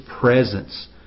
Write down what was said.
presence